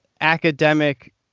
academic